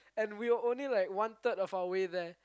and we were only like one third of our way there